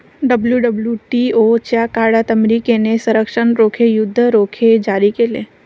WWTO च्या काळात अमेरिकेने संरक्षण रोखे, युद्ध रोखे जारी केले